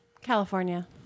California